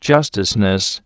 Justiceness